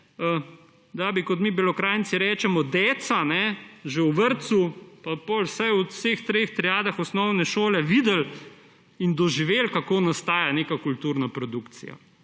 da bi, kot mi Belokranjci rečemo, deca že v vrtcu pa potem vsaj v vseh treh triadah osnovne šole videla in doživela, kako nastaja neka kultura produkcija,